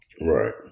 right